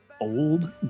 Old